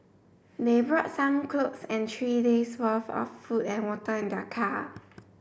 they brought some clothes and three days worth of food and water in their car